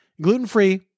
Gluten-free